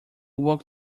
woke